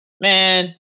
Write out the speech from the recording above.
man